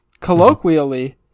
colloquially